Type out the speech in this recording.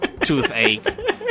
toothache